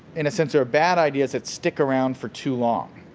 in a sense are bad ideas that stick around for too long.